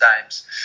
times